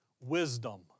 Wisdom